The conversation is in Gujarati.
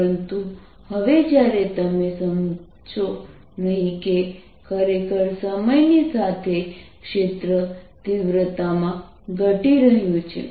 પરંતુ હવે જ્યારે તમે સમજો નહીં કે ખરેખર સમયની સાથે ક્ષેત્ર તીવ્રતામાં ઘટી રહ્યું છે